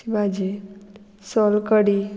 भाजी सोलकडी